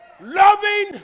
loving